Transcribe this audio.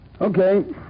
Okay